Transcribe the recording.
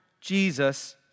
Jesus